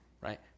Right